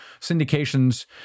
syndications